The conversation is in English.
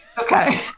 Okay